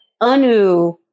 Anu